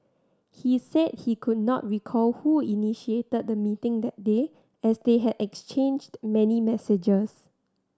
he said he could not recall who initiated the meeting that day as they had exchanged many messages